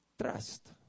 Trust